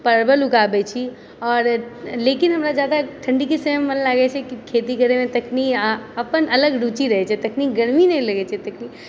परवल ऊगाबै छी और लेकिन हमरा जादा ठण्डीके समयमे मन लागै छै खेती करैमे तखनी आ अपन अलग रूचि रहै छै तखनी गर्मी नहि लगै छै तखनी